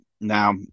Now